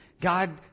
God